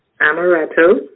amaretto